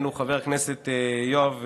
אני מעריץ אתכם על הכוחות האדירים.